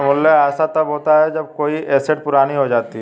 मूल्यह्रास तब होता है जब कोई एसेट पुरानी हो जाती है